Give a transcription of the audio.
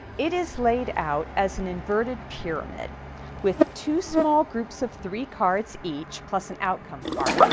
it is laid out as an inverted pyramid with two small groups of three cards each, plus an outcome card.